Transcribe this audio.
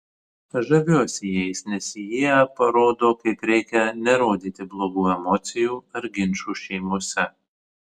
žaviuosi jais nes jie parodo kaip reikia nerodyti blogų emocijų ar ginčų šeimose